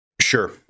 Sure